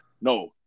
No